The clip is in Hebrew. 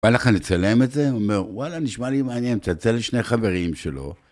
בא לך לצלם את זה? הוא אומר, וואלה, נשמע לי מעניין, צלצל לשני חברים שלו...